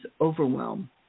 overwhelm